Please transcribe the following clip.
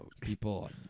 People